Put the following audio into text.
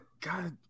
God